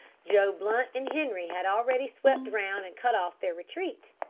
joe blunt and henri had already swept round and cut off their retreat.